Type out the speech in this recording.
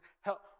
help